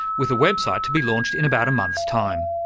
with a website to be launched in about a month's time.